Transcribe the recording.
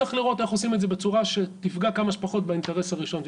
צריך לראות איך עושים את זה בצורה שתפגע כמה שפחות באינטרס הראשון.